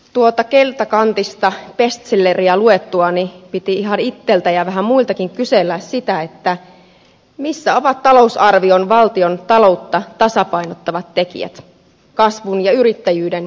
tuota keltakantista bestselleriä luettuani piti ihan itseltä ja vähän muiltakin kysellä sitä missä ovat talousarvion valtiontaloutta tasapainottavat tekijät kasvun ja yrittäjyyden hedelmät